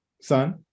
son